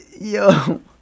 Yo